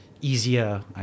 easier